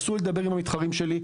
אסור לי לדבר עם המתחרים שלי.